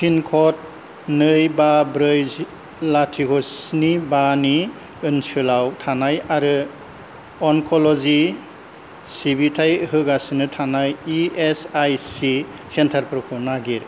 पिनक'ड नै बा ब्रै लाथिख' स्नि बा नि ओनसोलाव थानाय आरो अनक'ल'जि सिबिथाय होगासिनो थानाय इ एस आइ सि सेन्टारफोरखौ नागिर